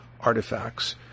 artifacts